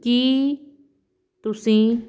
ਕੀ ਤੁਸੀਂ